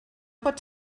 pot